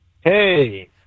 Hey